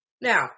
Now